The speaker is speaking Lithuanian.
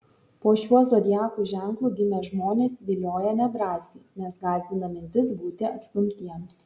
po šiuo zodiako ženklu gimę žmonės vilioja nedrąsiai nes gąsdina mintis būti atstumtiems